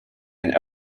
and